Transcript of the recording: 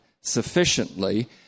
sufficiently